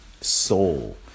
soul